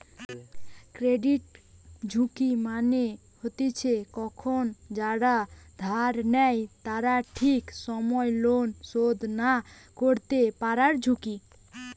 credit ঝুঁকি মানে হতিছে কখন যারা ধার নেই তারা ঠিক সময় লোন শোধ না করতে পায়ারঝুঁকি